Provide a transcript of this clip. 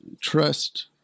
trust